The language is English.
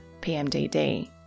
PMDD